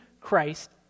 Christ